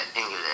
English